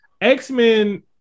X-Men